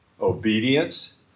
Obedience